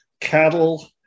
cattle